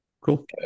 Cool